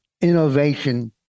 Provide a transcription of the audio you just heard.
innovation